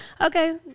Okay